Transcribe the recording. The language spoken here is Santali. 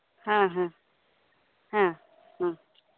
ᱦᱮᱸ ᱦᱮᱸ ᱦᱮᱸ ᱦᱮᱸ